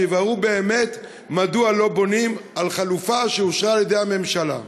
שיבררו באמת מדוע לא בונים על חלופה שאושרה על-ידי הממשלה.